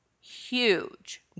huge